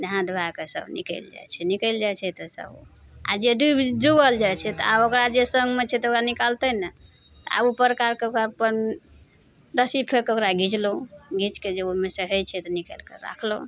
नहाय धोयके सब निकलि जाइ छै निकलि जाइ छै तऽ सब आओर जे डुबि डुबल जाइ छै तऽ आब ओकरा जे सङ्गमे छै तऽ ओकरा निकालतय ने आओर उपर करिकऽ ओकरा अपन रस्सी फेक कऽ ओकरा घीच लौ घीचके जे ओइमे से हइ छै तऽ निकालिके राखलहुँ